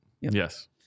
Yes